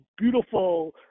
beautiful